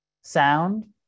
sound